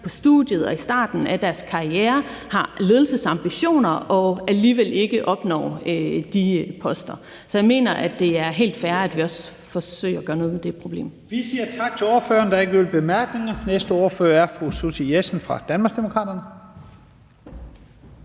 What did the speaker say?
på studiet og i starten af deres karriere har ledelsesambitioner og alligevel ikke opnår de poster. Så jeg mener, at det er helt fair, at vi også forsøger at gøre noget ved det problem. Kl. 15:31 Første næstformand (Leif Lahn Jensen): Vi siger tak til ordføreren. Der er ikke yderligere bemærkninger. Næste ordfører er fru Susie Jessen fra Danmarksdemokraterne.